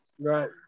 Right